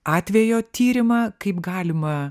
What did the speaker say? atvejo tyrimą kaip galima